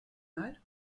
mal